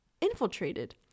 infiltrated